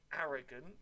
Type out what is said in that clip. arrogant